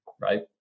right